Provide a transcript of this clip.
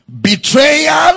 betrayal